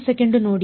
ಸರಿ